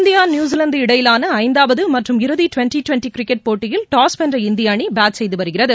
India New Zealand இடையிலான ஐந்தாவது மற்றும் இறுதி டுவென்ட்டி டுவென்ட்டி கிரிக்கெட் போட்டியில் டாஸ் வென்ற இந்திய அணி பேட் செய்து வருகிறது